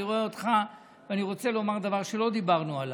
אני רואה אותך ואני רוצה לומר דבר שלא דיברנו עליו.